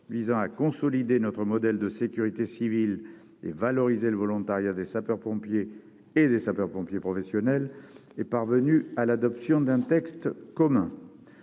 visant à consolider notre modèle de sécurité civile et valoriser le volontariat des sapeurs-pompiers et les sapeurs-pompiers professionnels est parvenue à l'adoption d'un texte commun.